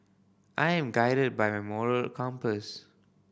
I'm guided by my moral compass